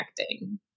acting